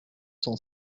cent